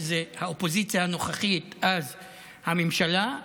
האופוזיציה הנוכחית ואז הממשלה,